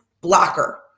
blocker